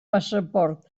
passaport